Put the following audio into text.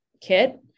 kit